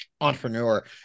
entrepreneur